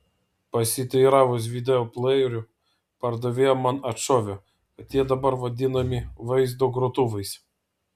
pasiteiravus videoplejerių pardavėja man atšovė kad jie dabar vadinami vaizdo grotuvais